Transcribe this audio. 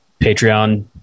Patreon